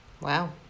Wow